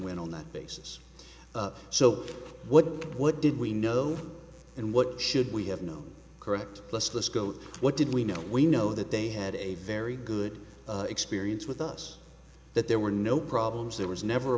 win on that basis so what what did we know and what should we have no correct let's let's go what did we know we know that they had a very good experience with us that there were no problems there was never a